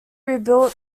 rebuilt